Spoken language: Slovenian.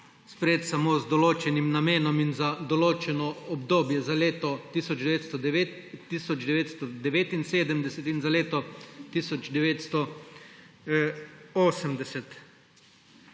sprejet samo z določenim namenom in za določeno obdobje, za leto 1979 in za leto 1980.